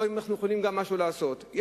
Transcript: או אם גם אנחנו יכולים לעשות משהו,